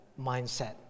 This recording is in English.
mindset